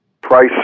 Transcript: price